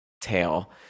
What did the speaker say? tail